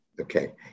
Okay